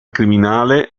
criminale